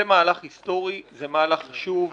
זה מהלך היסטורי, זה מהלך חשוב.